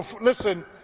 listen